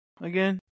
again